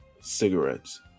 cigarettes